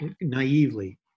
naively